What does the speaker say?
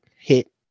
Hit